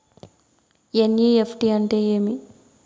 NEFT అంటే ఏమి